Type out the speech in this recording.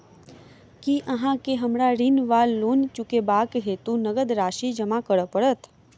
की अहाँ केँ हमरा ऋण वा लोन चुकेबाक हेतु नगद राशि जमा करऽ पड़त?